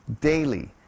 daily